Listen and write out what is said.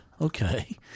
Okay